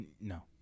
No